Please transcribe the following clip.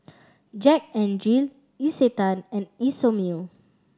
Jack N Jill Isetan and Isomil